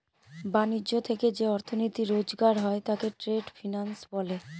ব্যাণিজ্য থেকে যে অর্থনীতি রোজগার হয় তাকে ট্রেড ফিন্যান্স বলে